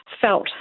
felt